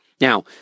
Now